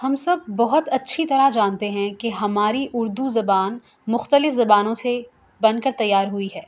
ہم سب بہت اچھی طرح جانتے ہیں کہ ہماری اردو زبان مختلف زبانوں سے بن کر تیار ہوئی ہے